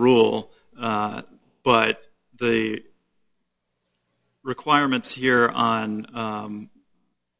rule but the requirements here on